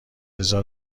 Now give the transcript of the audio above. هزار